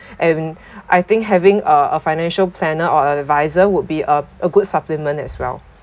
and I think having uh a financial planner or adviser would be uh a good supplement as well